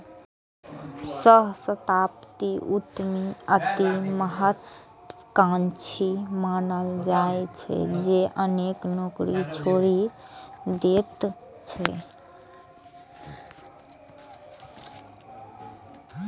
सहस्राब्दी उद्यमी अति महात्वाकांक्षी मानल जाइ छै, जे अनेक नौकरी छोड़ि दैत छै